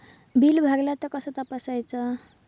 Bill भरला तर कसा तपसायचा?